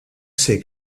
ser